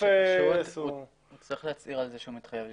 הוא צריך להצהיר על כך שהוא מתחייב לפעול.